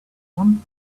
one